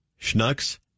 Schnucks